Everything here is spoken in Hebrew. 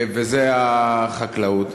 וזו החקלאות.